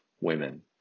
women